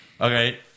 Okay